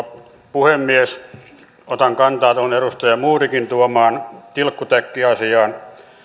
puhemies otan kantaa tuohon edustaja modigin tuomaan tilkkutäkkiasiaan